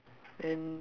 there's eleven ah